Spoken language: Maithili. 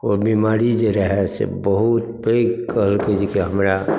ओ बीमारी जे रहए से बहुत पैघ कहलकै जेकि हमरा